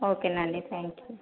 ఓకేనండి thank you